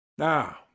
now